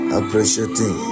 appreciating